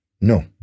No